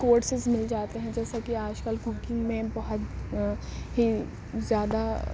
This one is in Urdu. کورسز مل جاتے ہیں جیسا کہ آج کل کوکنگ میں بہت ہی زیادہ